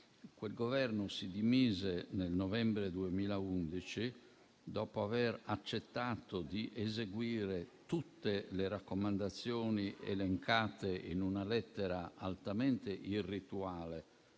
Quel Governo si dimise nel novembre 2011, dopo aver accettato di eseguire tutte le raccomandazioni elencate in una lettera altamente irrituale